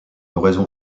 oraison